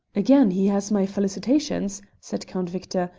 again he has my felicitations, said count victor,